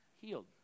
healed